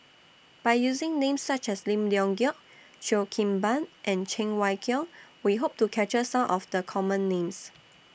By using Names such as Lim Leong Geok Cheo Kim Ban and Cheng Wai Keung We Hope to capture Some of The Common Names